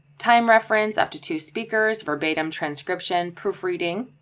time reference up to two speakers, verbatim transcription proofreading.